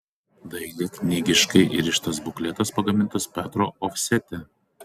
dailiai knygiškai įrištas bukletas pagamintas petro ofsete